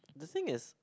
the thing is